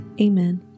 Amen